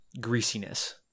greasiness